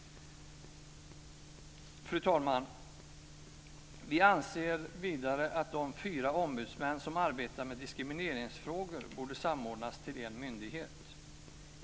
Fru talman! Vi anser vidare att de fyra ombudsmän som arbetar med diskrimineringsfrågor borde samordnas till en myndighet.